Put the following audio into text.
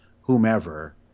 whomever